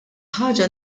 ħaġa